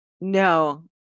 no